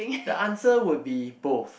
the answer would be both